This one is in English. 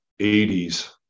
80s